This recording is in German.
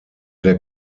der